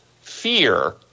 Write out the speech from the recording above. fear